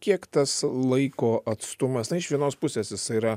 kiek tas laiko atstumas na iš vienos pusės jisai yra